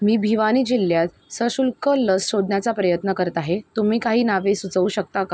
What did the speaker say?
मी भिवानी जिल्ह्यात सशुल्क लस शोधण्याचा प्रयत्न करत आहे तुम्ही काही नावे सुचवू शकता का